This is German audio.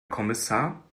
kommissar